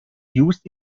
used